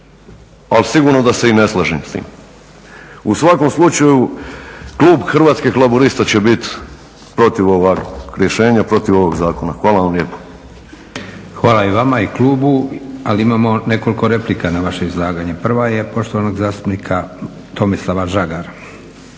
ali sigurno da se i ne slažem s tim. U svakom slučaju klub Hrvatskih laburista će biti protiv rješenja protiv ovog zakona. Hvala vam lijepo. **Leko, Josip (SDP)** Hvala i vama i klubu. Ali imamo nekoliko replika na vaše izlaganje. Prva je poštovanog zastupnik Tomislava Žagara.